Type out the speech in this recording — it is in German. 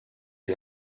die